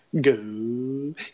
Go